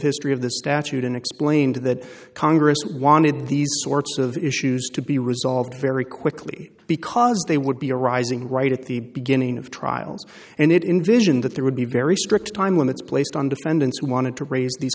history of the statute and explained that congress wanted these sorts of issues to be resolved very quickly because they would be arising right at the beginning of trials and it invision that there would be very strict time limits placed on defendants who wanted to raise these